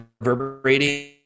reverberating